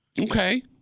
Okay